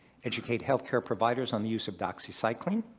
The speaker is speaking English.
educate healthcare providers on the use of doxycycline.